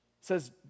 says